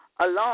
Alone